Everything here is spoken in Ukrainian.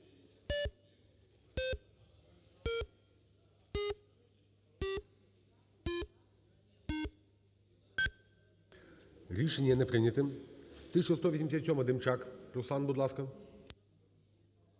Рішення не прийнято. 1187-а, Демчак Руслан, будь ласка.